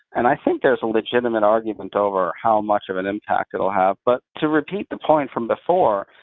and i think there's a legitimate argument over how much of an impact it will have. but to repeat the point from before,